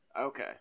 Okay